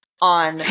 on